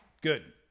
good